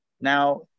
Now